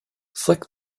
flick